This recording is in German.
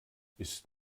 ist